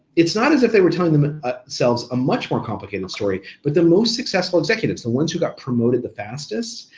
it's not as if they were telling ah ah themselves a much more complicated story, but the most successful executives, the ones who got promoted the fastest,